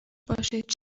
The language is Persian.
باشد